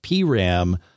PRAM